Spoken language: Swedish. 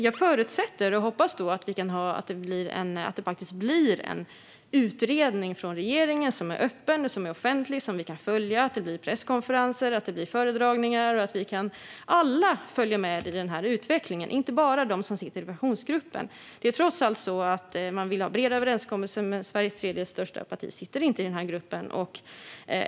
Jag hoppas och förutsätter att det faktiskt blir en utredning från regeringen som är öppen och offentlig och som vi kan följa, att det blir presskonferenser och föredragningar och att vi alla - inte bara de som sitter i Pensionsgruppen - kan följa med i denna utveckling. Det är trots allt så att man vill ha breda överenskommelser, men Sveriges tredje största parti sitter inte i den här gruppen.